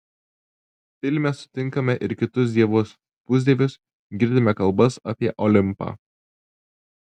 filme sutinkame ir kitus dievus pusdievius girdime kalbas apie olimpą